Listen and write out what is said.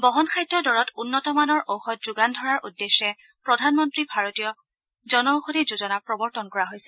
বহনসাধ্য দৰত উন্নতমানৰ ঔষধ যোগান ধৰাৰ উদ্দেশ্যে প্ৰধানমন্ত্ৰী ভাৰতীয় জন ঔষধি যোজনা প্ৰৱৰ্তন কৰা হৈছে